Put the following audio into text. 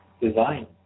design